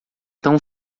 tão